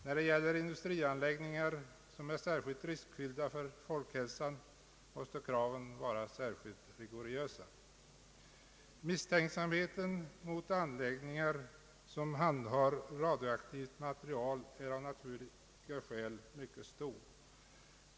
När det gäller industrianläggningar som är särskilt riskfyllda för folkhälsan måste kraven vara särskilt rigorösa. Misstänksamheten mot anläggningar som handhar radioaktivt material är av naturliga skäl mycket stor.